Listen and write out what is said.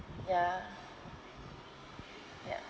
ya ya